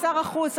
שר החוץ,